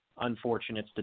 unfortunate